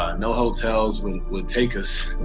ah no hotels would would take us.